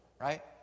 right